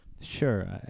Sure